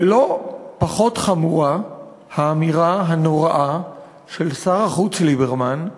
ולא פחות חמורה האמירה הנוראה של שר החוץ ליברמן,